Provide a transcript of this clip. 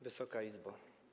Wysoka Izbo!